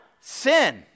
sin